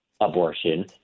abortion